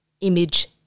image